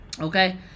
Okay